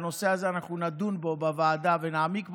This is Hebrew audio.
הנושא הזה, אנחנו נדון בו בוועדה ונעמיק בו.